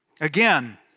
Again